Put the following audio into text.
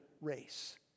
race